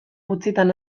gutxitan